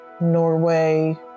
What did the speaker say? Norway